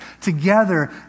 Together